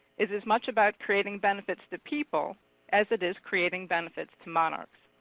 is as much about creating benefits to people as it is creating benefits to monarchs.